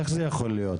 איך זה יכול להיות?